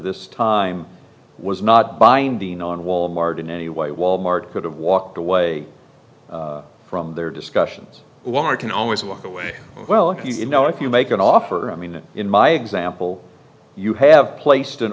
this time was not binding on wal mart in any way wal mart could have walked away from their discussions can always walk away well you know if you make an offer i mean in my example you have placed an